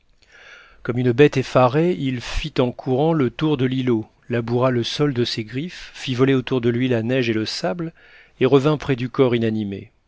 comme une bête effarée il fit en courant le tour de l'îlot laboura le sol de ses griffes fit voler autour de lui la neige et le sable et revint près du corps inanimé